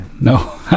No